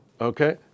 Okay